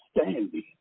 standing